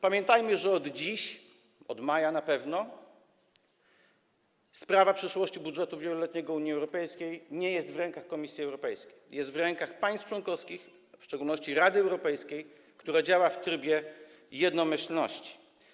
Pamiętajmy, że od dziś - od maja na pewno - sprawa przyszłości budżetu wieloletniego Unii Europejskiej nie jest w rękach Komisji Europejskiej, jest w rękach państw członkowskich, w szczególności Rady Europejskiej, która działa w trybie jednomyślności.